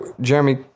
Jeremy